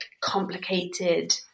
complicated